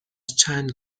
چند